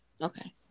Okay